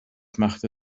machte